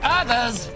others